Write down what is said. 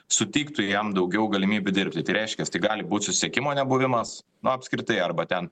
suteiktų jam daugiau galimybių dirbti tai reiškias tai gali būti susisiekimo nebuvimas nu apskritai arba ten